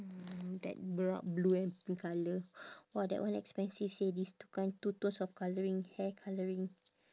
mm that blue and pink colour !wah! that one expensive seh these two kind two tones of colouring hair colouring